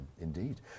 indeed